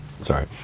sorry